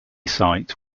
site